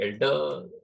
elder